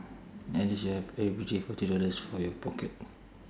unless you have forty dollars for your pocket